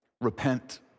Repent